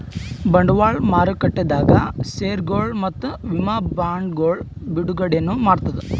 ಬಂಡವಾಳ್ ಮಾರುಕಟ್ಟೆದಾಗ್ ಷೇರ್ಗೊಳ್ ಮತ್ತ್ ವಿಮಾ ಬಾಂಡ್ಗೊಳ್ ಬಿಡುಗಡೆನೂ ಮಾಡ್ತದ್